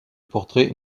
portrait